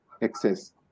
excess